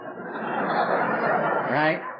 Right